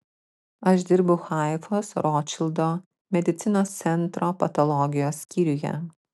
aš dirbu haifos rotšildo medicinos centro patologijos skyriuje